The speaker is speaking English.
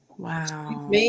Wow